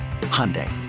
Hyundai